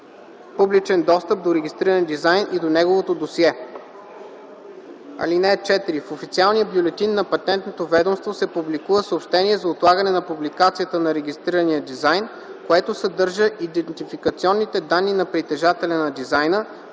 публичен достъп до регистрирания дизайн и до неговото досие. (4) В официалния бюлетин на Патентното ведомство се публикува съобщение за отлагане на публикацията на регистрирания дизайн, което съдържа идентификационните данни на притежателя на дизайна,